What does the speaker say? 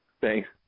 Thanks